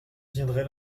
viendrai